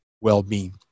well-being